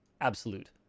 absolute